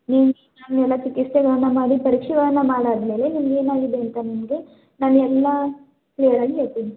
ನಿಮ್ಮ ಎಲ್ಲ ಚಿಕಿತ್ಸೆಗಳನ್ನು ಮಾಡಿ ಪರೀಕ್ಷೆಗಳನ್ನು ಮಾಡಾದಮೇಲೆ ನಿಮ್ಗೆ ಏನಾಗಿದೆ ಅಂತ ನಿಮಗೆ ನಾನು ಎಲ್ಲ ಕ್ಲಿಯರಾಗಿ ಹೇಳ್ತೀನಿ